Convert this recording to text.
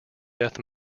death